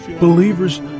Believers